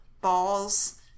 balls